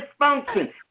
dysfunction